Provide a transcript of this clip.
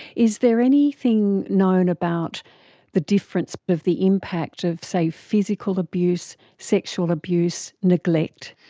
is there anything known about the difference of the impact of, say, physical abuse, sexual abuse, neglect?